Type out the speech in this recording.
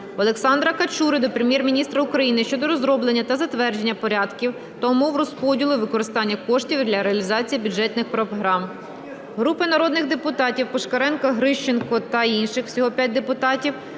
Олександра Качури до Прем'єр-міністра України щодо розроблення та затвердження порядків та умов розподілу і використання коштів для реалізації бюджетних програм. Групи народних депутатів (Пушкаренка, Грищенко та інших. Всього 5 депутатів)